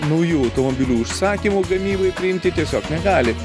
naujų automobilių užsakymų gamybai priimti tiesiog negali